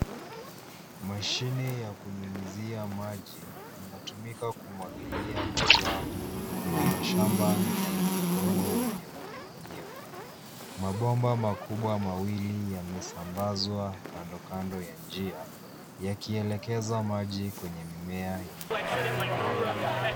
Mashini ya kunyunyuzia maji inatumika kumwagilia mazao kwenye mashamba lenye udongo wenye unyevunyevu. Mabomba makubwa mawili yamesambazwa kando kando ya njia yakielekeza maji kwenye mimea yenye afya bora.